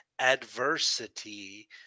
adversity